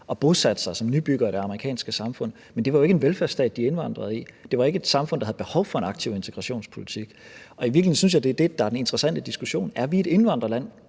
som bosatte sig som nybyggere i det amerikanske samfund. Men det var jo ikke en velfærdsstat, de indvandrede til, det var ikke et samfund, der havde behov for en aktiv integrationspolitik. I virkeligheden synes jeg, det er det,